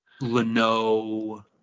Leno